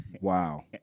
Wow